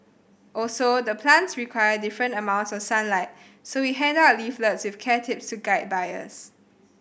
also the plants require different amounts of sunlight so we hand out leaflets with care tips to guide buyers